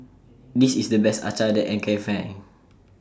This IS The Best Acar that I Can Find